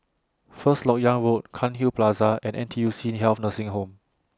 First Lok Yang Road Cairnhill Plaza and N T U C Health Nursing Home